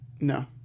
No